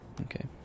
Okay